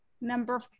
number